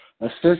assist